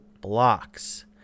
blocks